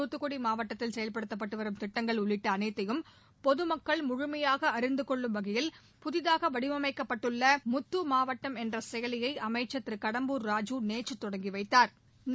துத்துக்குட மாவட்டத்தில் செயல்படுத்தப்பட்டுவரும் திட்டங்கள் உள்ளிட்ட அனைத்தையும் பொதுமக்கள் முழுமையாக அறிந்துகொள்ளும் வகையில் புதிதாக வடிவமைக்கப்பட்டுள்ள முத்து மாவட்டம் என்ற செயலியை அமைச்சா் திரு கடம்பூர் ராஜூ நேற்று தொடங்கிவைத்தாா்